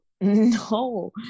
no